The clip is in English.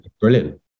brilliant